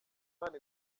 imana